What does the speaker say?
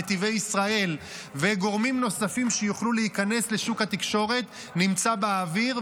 נתיבי ישראל וגורמים נוספים שיוכלו להיכנס לשוק התקשורת נמצא באוויר,